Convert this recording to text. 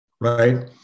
right